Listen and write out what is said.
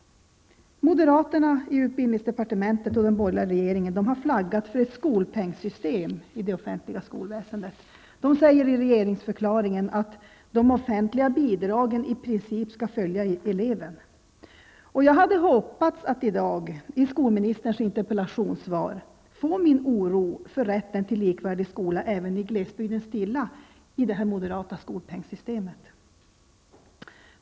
Moderaterna i utbildningsdepartementet och den borgerliga regeringen har flaggat för ett skolpengssystem i det offentliga skolväsendet. Det sägs i regeringsförklaringen att de offentliga bidragen i princip skall följa eleven. Jag hade hoppats att i dag, i skolministerns interpellationssvar, få min oro stillad när det gäller rätten till likvärdig skola även i glesbygden i det här moderata skolpengssystemet.